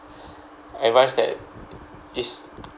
advise that is